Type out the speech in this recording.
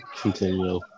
Continue